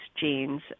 genes